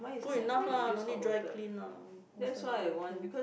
good enough lah no need dry clean lah what's there to dry clean